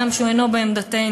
גם כשהוא אינו בעמדתנו.